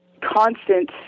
constant